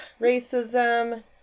racism